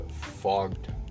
fogged